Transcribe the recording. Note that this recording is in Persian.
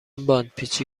باندپیچی